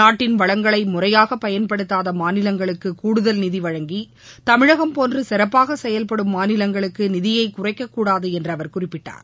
நாட்டின் வளங்களை முறையாக பயன்படுத்தாத மாநிலங்களுக்கு கூடுதல் நிதி வழங்கி தமிழகம் போன்று சிறப்பாக செயல்படும் மாநிலங்களுக்கு நிதியை குறைக்கக்கூடாது என்று அவர் குறிப்பிட்டார்